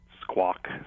squawk